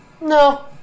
No